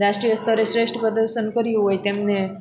રાષ્ટ્રિય સ્તરે શ્રેષ્ઠ પ્રદર્શન કર્યું હોય તેમને